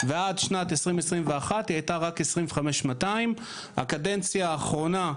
ועד שנת 2021 היא הייתה רק 25,200. הקדנציה האחרונה,